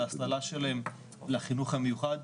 להסללה שלהם לחינוך המיוחד,